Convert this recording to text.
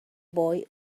boy